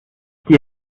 die